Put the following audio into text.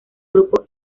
grupo